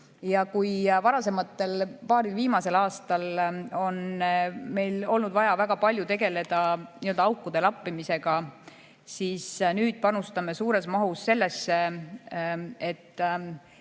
Ja kui paaril viimasel aastal on meil olnud vaja väga palju tegeleda aukude lappimisega, siis nüüd panustame suures mahus sellesse, et